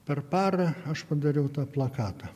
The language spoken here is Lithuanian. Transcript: per parą aš padariau tą plakatą